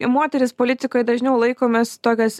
moterys politikoj dažniau laikomės tokios